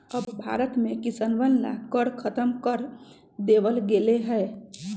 अब भारत में किसनवन ला कर खत्म कर देवल गेले है